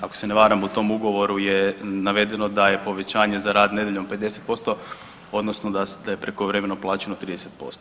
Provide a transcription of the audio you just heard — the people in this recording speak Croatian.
Ako se ne varam, u tom ugovoru je navedeno da je povećanje za rad nedjeljom 50% odnosno da je prekovremeno plaćeno 30%